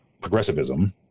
progressivism